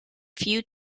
few